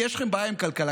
כי יש לכם בעיה עם כלכלה,